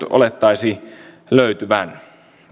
olettaisi kyllä löytyvän